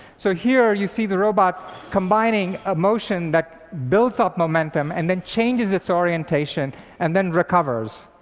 so here, you see the robot combining a motion that builds up momentum, and then changes its orientation and then recovers.